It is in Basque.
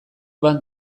bat